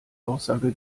aussage